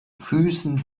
füßen